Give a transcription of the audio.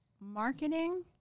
marketing